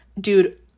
dude